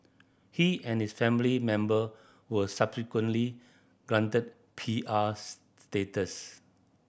he and his family member were subsequently granted P R status